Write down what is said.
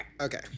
Okay